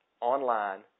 online